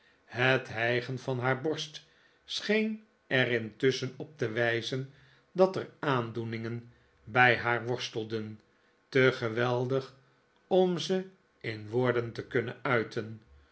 het hij gen van haar borst scheen er intusschen op te wijzen dat er aandoeningen bij haar worstelden te geweldig om ze in woorden te kunnen uiten